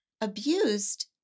abused